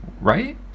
right